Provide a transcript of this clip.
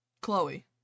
Chloe